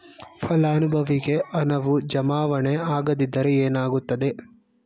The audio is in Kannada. ಫಲಾನುಭವಿಗೆ ಹಣವು ಜಮಾವಣೆ ಆಗದಿದ್ದರೆ ಏನಾಗುತ್ತದೆ?